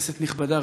כנסת נכבדה,